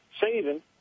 saving